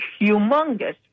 humongous